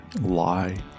lie